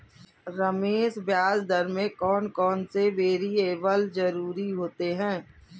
रमेश ब्याज दर में कौन कौन से वेरिएबल जरूरी होते हैं?